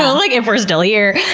ah like if we're still here.